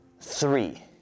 three